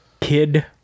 Kid